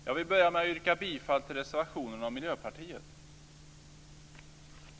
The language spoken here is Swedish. Fru talman! Jag vill börja med att yrka bifall till reservationen av Miljöpartiet.